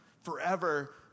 forever